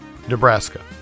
nebraska